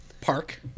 Park